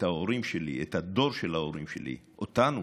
את ההורים שלי, את הדור של ההורים שלי, אותנו,